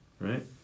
right